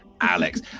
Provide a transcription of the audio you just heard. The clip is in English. alex